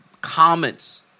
comments